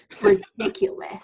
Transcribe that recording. Ridiculous